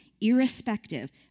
irrespective